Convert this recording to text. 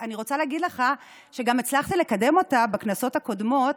אני רוצה להגיד לך שגם הצלחתי לקדם אותה בכנסות הקודמות.